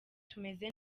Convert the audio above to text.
tumeze